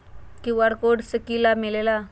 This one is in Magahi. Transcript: कियु.आर कोड से कि कि लाव मिलेला?